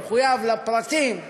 הוא מחויב לפרטים.